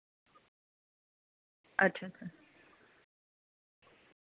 अच्छा अच्छा